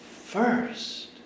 first